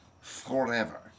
forever